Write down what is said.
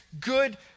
good